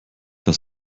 dass